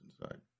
inside